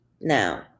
now